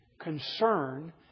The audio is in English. concern